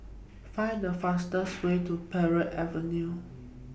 Find The fastest Way to Parry Avenue